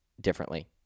differently